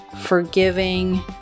forgiving